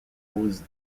cause